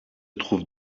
trouve